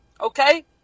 Okay